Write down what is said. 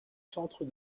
centres